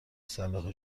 صلاح